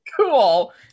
Cool